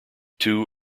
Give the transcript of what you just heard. two